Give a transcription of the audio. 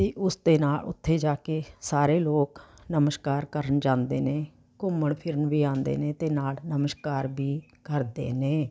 ਅਤੇ ਉਸ ਦੇ ਨਾਲ ਉੱਥੇ ਜਾ ਕੇ ਸਾਰੇ ਲੋਕ ਨਮਸਕਾਰ ਕਰਨ ਜਾਂਦੇ ਨੇ ਘੁੰਮਣ ਫਿਰਨ ਵੀ ਆਉਂਦੇ ਨੇ ਅਤੇ ਨਾਲ ਨਮਸਕਾਰ ਵੀ ਕਰਦੇ ਨੇ